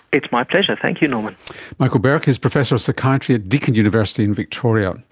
it's my pleasure, thank you norman. michael berk is professor of psychiatry at deakin university in victoria.